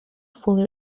fully